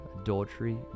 adultery